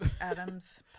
Adam's